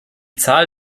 zahl